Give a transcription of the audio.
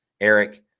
Eric